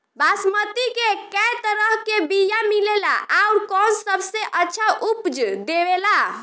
बासमती के कै तरह के बीया मिलेला आउर कौन सबसे अच्छा उपज देवेला?